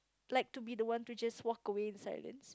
like to be the one to just walk away in silence